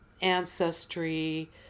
ancestry